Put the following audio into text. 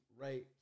right